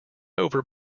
over